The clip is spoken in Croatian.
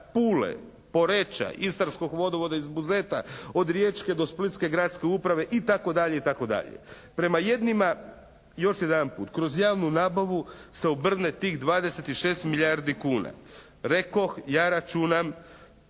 Pule, Poreča, istarskog vodovoda iz Buzeta, od riječke do splitske gradske uprave itd., itd. prema jednima, još jedanput kroz javnu nabavu se obrne tih 26 milijardi kuna. Rekoh ja računam